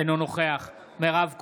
אינו נוכח מירב כהן,